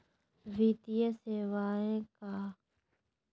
वित्तीय सेवाएं का लाभ खातिर आधार कार्ड चाहे पैन कार्ड होना जरूरी बा?